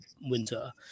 winter